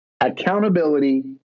Accountability